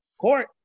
court